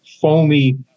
foamy